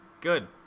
Good